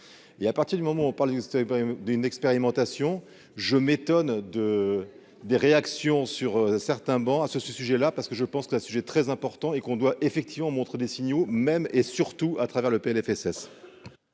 et à partir du moment où on parle pas d'une expérimentation, je m'étonne de des réactions sur certains bancs à ce sujet-là, parce que je pense qu'un sujet très important et qu'on doit effectivement montre des signaux, même et surtout à travers le PLFSS.